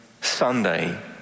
Sunday